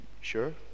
Sure